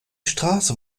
straße